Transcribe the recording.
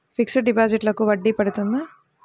Fixed డిపాజిట్లకు వడ్డీ పడుతుందా?